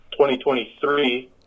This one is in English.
2023